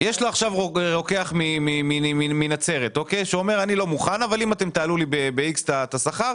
אם יש עכשיו רוקח מנצרת שאומר: "אם תעלו לי ב-x את השכר,